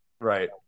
Right